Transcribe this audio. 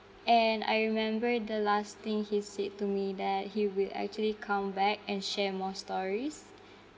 and I remember the last thing he said to me that he will actually come back and share more stories